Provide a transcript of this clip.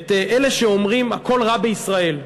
את אלה שאומרים: הכול רע בישראל,